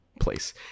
place